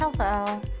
Hello